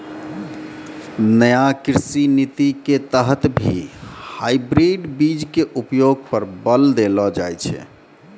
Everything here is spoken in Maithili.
नया कृषि नीति के तहत भी हाइब्रिड बीज के उपयोग पर बल देलो जाय छै